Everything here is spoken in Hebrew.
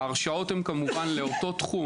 ההרשאות הן לאותו תחום.